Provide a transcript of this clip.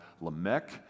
Lamech